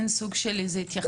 אין סוג של התייחסות?